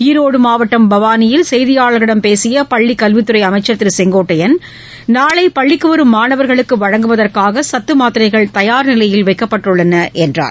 ஈரோடு மாவட்டம் பவானியில் செய்தியாளர்களிடம் பேசிய பள்ளிக் கல்வித்துறை அமைச்சர் திரு செங்கோட்டையன் நாளை பள்ளிக்கு வரும் மாணவர்களுக்கு வழங்குவதற்காக சத்து மாத்திரைகள் தயார் நிலையில் வைக்கப்பட்டுள்ளது என்றார்